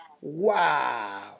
Wow